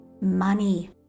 money